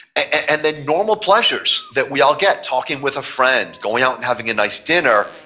and then normal pleasures that we all get, talking with a friend, going out and having a nice dinner,